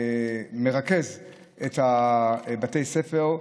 למקום שמרכז את בתי הספר,